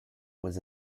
was